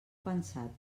pensat